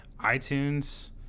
iTunes